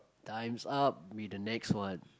times up we the next one